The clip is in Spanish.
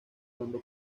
dando